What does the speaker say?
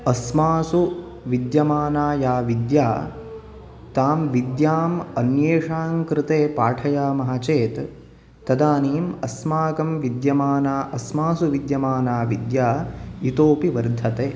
अस्मासु विद्यमाना या विद्या तां विद्यां अन्येषां कृते पाठयामः चेत् तदानीम् अस्माकं विद्यमाना अस्मासु विद्यमाना विद्या इतोऽपि वर्धते